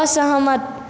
असहमत